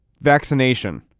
vaccination